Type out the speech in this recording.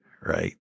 right